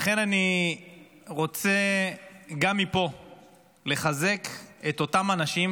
לכן אני רוצה גם מפה לחזק את אותם אנשים,